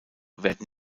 werden